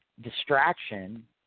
distraction